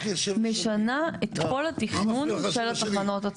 משנה את כל התכנון של התחנות עצמן.